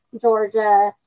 georgia